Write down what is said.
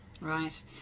Right